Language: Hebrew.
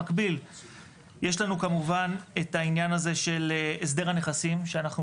במקביל יש לנו כמובן את העניין הזה של הסדר הנכסים שאנחנו